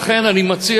לכן אני מציע,